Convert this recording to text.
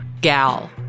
gal